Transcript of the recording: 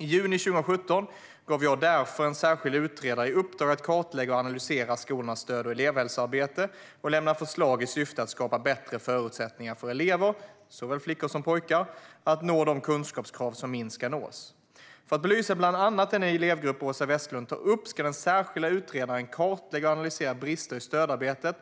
I juni 2017 gav jag därför en särskild utredare i uppdrag att kartlägga och analysera skolornas stöd och elevhälsoarbete och lämna förslag i syfte att skapa bättre förutsättningar för elever, såväl flickor som pojkar, att nå de kunskapskrav som minst ska nås. För att belysa bland annat den elevgrupp som Åsa Westlund tar upp ska den särskilda utredaren kartlägga och analysera brister i stödarbetet,